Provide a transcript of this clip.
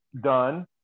done